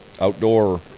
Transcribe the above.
Outdoor